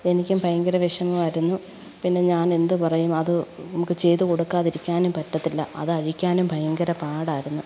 എനിക്കും ഭയങ്കര വിഷമമായിരുന്നു പിന്നെ ഞാൻ എന്ത് പറയും അതു നമുക്ക് ചെയ്തു കൊടുക്കാതിരിക്കാനും പറ്റത്തില്ല അത് അഴിക്കാനും ഭയങ്കര പാടായിരുന്നു